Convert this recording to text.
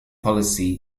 policy